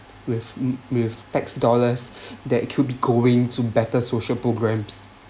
with with tax dollars that could be going to better social programs